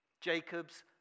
Jacob's